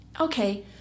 okay